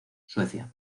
suecia